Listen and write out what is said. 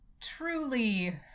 truly